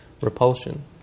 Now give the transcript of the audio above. repulsion